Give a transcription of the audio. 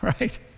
Right